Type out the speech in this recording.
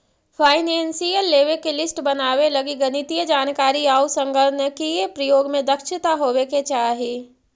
financial लेवे के list बनावे लगी गणितीय जानकारी आउ संगणकीय प्रयोग में दक्षता होवे के चाहि